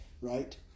right